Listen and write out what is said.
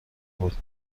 بود